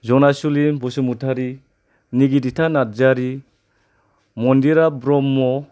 जनासुलि बसुमतारि निगिदिथा नारजारि मन्दिरा ब्रह्म